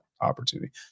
opportunity